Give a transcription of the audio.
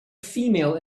female